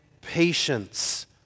patience